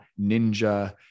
ninja